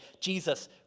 Jesus